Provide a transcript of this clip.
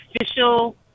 official